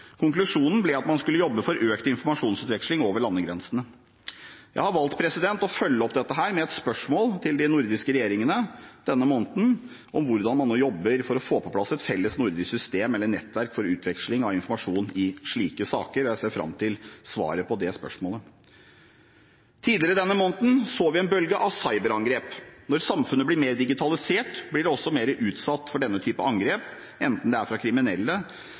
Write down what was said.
Konklusjonen ble at man skulle jobbe for økt informasjonsutveksling over landegrensene. Jeg har valgt å følge opp dette med et spørsmål til de nordiske regjeringene denne måneden om hvordan man nå jobber for å få på plass et felles nordisk system eller et nettverk for utveksling av informasjon i slike saker. Jeg ser fram til svaret på det spørsmålet. Tidligere denne måneden så vi en bølge av cyberangrep. Når samfunnet blir mer digitalisert, blir det også mer utsatt for denne type angrep, enten det er fra kriminelle